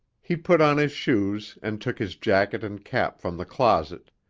he put on his shoes and took his jacket and cap from the closet,